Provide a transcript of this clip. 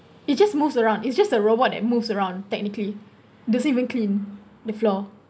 it just moves around it's just a robot that moves around technically doesn't even clean the floor